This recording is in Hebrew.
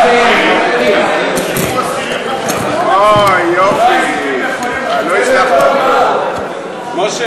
433". אולי במסגרת שחרור אסירים, כבוד